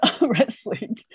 wrestling